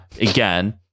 again